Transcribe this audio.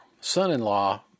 son-in-law